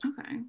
okay